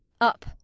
Up